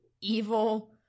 evil